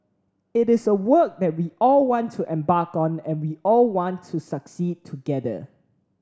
it is a work that we all want to embark on and we all want to succeed together